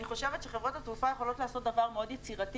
אני חושבת שחברות התעופה יכולות לעשות דבר מאוד יצירתי